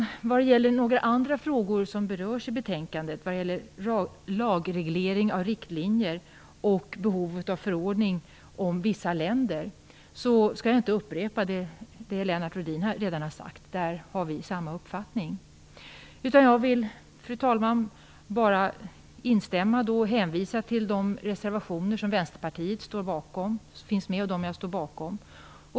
När det gäller ett par andra frågor som berörs i betänkandet - lagreglering av riktlinjer och behovet av förordning om vissa länder - skall jag inte upprepa det Lennart Rohdin redan har sagt. Där har vi samma uppfattning. Jag vill bara instämma och hänvisa till de reservationer som jag och Vänsterpartiet står bakom.